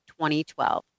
2012